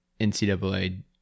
NCAA